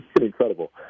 incredible